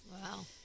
Wow